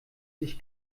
sich